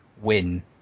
win